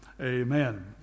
Amen